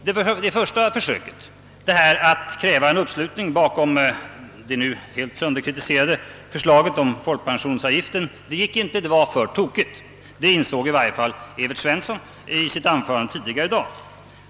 Det första försöket, att kräva uppslutning bakom det nu helt sönderkritiserade förslaget om folkpensionsavgiften, gick inte — det var för tokigt. Detta insåg i varje fall Evert Svensson i sitt anförande tidigare i dag.